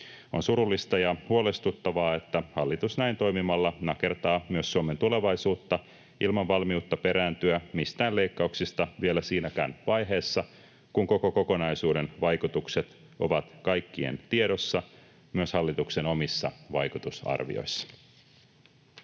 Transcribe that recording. On surullista ja huolestuttavaa, että hallitus näin toimimalla nakertaa myös Suomen tulevaisuutta ilman valmiutta perääntyä mistään leikkauksista vielä siinäkään vaiheessa, kun koko kokonaisuuden vaikutukset ovat kaikkien tiedossa, myös hallituksen omissa vaikutusarvioissa.